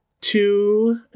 two